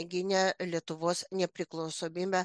gynė lietuvos nepriklausomybę